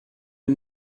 wir